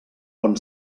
bon